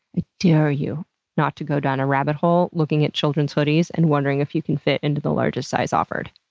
i dare you not to go down a rabbit hole looking at children's hoodies and wonder if you can fit into the largest size offered.